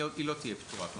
היא לא תהיה פטורה.